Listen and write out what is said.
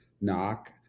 knock